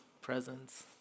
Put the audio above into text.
presents